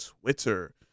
Twitter